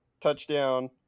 touchdown